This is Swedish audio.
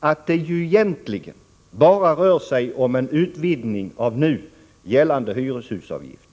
att det ju egentligen bara rör sig om en utvidgning av nu gällande hyreshusavgift.